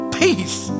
peace